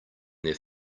their